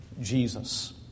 Jesus